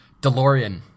DeLorean